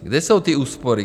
Kde jsou ty úspory?